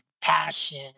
passion